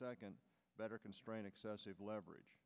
second better constrain excessive leverage